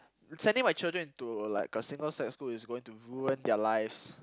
sending my children into like a single sex school is going to ruin their lives